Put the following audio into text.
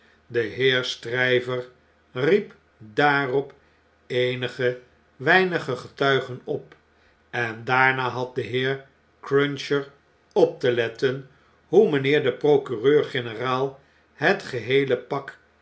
de heer stryver riep daarop eenige weinige getuigen op en daarna had de heer cruncher op te letten hoe mynheer de procureur greneraal het geheele pak